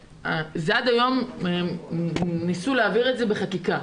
עד היום ניסו להעביר את זה בחקיקה